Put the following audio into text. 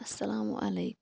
اَسلامُ علیکُم